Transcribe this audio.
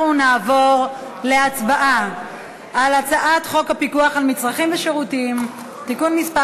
אנחנו נעבור להצבעה על הצעת חוק הפיקוח על מצרכים ושירותים (תיקון מס'